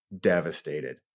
devastated